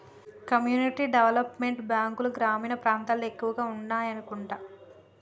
community development బ్యాంకులు గ్రామీణ ప్రాంతాల్లో ఎక్కువగా ఉండాయనుకుంటా